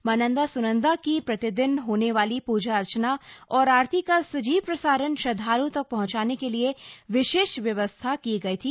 मां नन्दा सुनन्दा की प्रतिदिन होने वाली पूजा अर्चना और आरती का सजीव प्रसारण श्रद्धल्ओं तक पहुंचाने के लिए विशेष व्यवस्था की गई थी